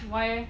why eh